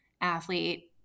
athlete